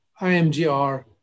IMGR